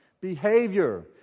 Behavior